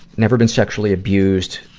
never been sexually abused,